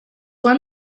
one